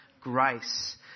grace